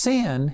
Sin